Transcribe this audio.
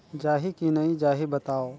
जाही की नइ जाही बताव?